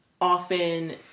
often